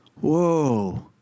Whoa